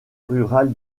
rurale